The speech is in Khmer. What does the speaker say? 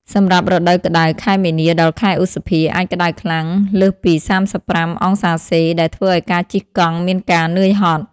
សម្រាប់រដូវក្តៅ (ខែមីនា ដល់ ខែឧសភា) អាចក្តៅខ្លាំង (លើសពី ៣៥ អង្សាសេ) ដែលធ្វើឱ្យការជិះកង់មានការនឿយហត់។